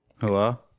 Hello